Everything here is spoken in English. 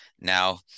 now